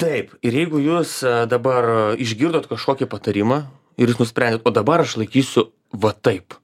taip ir jeigu jūs dabar išgirdot kažkokį patarimą ir jūs nusprendėt o dabar aš laikysiu va taip